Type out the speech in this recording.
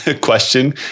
question